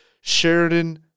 Sheridan